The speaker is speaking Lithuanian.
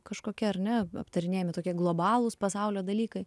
kažkokia ar ne aptarinėjami tokie globalūs pasaulio dalykai